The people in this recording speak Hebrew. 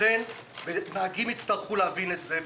לכן נהגים יצטרכו להבין את זה.